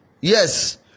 Yes